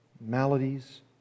maladies